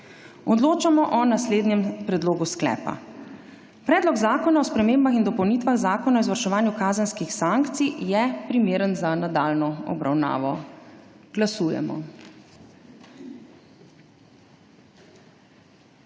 Odločamo o naslednjem predlogu sklepa: Predlog zakona o spremembah in dopolnitvah Zakona o izvrševanju kazenskih sankcij je primeren za nadaljnjo obravnavo. Glasujemo.